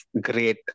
great